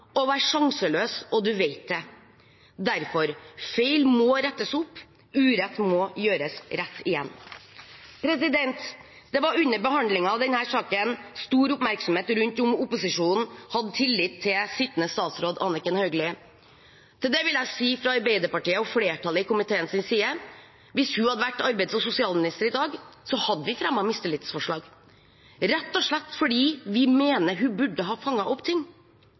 være sjanseløs, og man vet det. Derfor: Feil må rettes opp, urett må gjøres rett igjen. Det var under behandlingen av denne saken stor oppmerksomhet rundt om opposisjonen hadde tillit til tidligere statsråd Anniken Hauglie. Til det vil jeg si fra Arbeiderpartiet og flertallet i komiteens side: Hvis hun hadde vært arbeids- og sosialminister i dag, hadde vi fremmet mistillitsforslag, rett og slett fordi vi mener hun burde ha fanget opp ting.